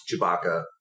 Chewbacca